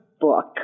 book